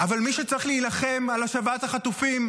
אבל מי שצריך להילחם על השבת החטופים,